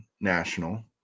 National